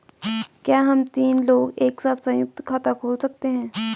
क्या हम तीन लोग एक साथ सयुंक्त खाता खोल सकते हैं?